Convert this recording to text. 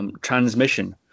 Transmission